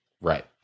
Right